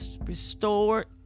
restored